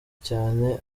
cyane